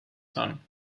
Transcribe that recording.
son